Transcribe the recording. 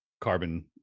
carbon